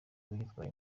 uyitwaye